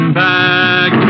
back